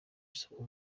isoko